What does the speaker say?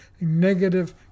negative